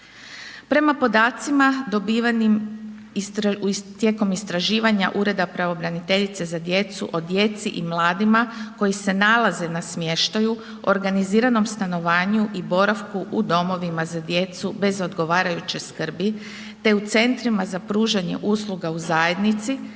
Prema podacima dobivenim tijekom istraživanja Ureda pravobraniteljice za djecu, o djeci i mladima, koji se nalaze na smještaju, organiziranom stanovanju i boravku u domovima za djecu bez odgovarajuće skrbi te u centrima za pružanje usluga u zajednici,